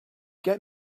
get